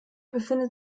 befindet